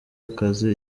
akazi